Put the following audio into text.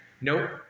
Nope